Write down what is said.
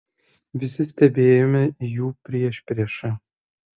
visi stebėjome jų priešpriešą